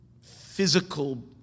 physical